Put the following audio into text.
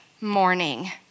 morning